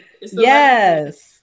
Yes